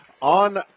on